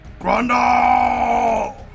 Grundle